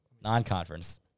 Non-conference